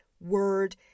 word